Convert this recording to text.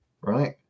right